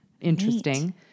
interesting